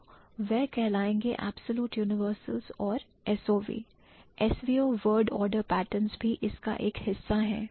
तो वह कहलायेंगे absolute universals और SOV SVO word order patterns भी इसका एक हिस्सा हैं